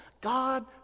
God